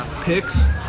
picks